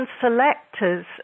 selectors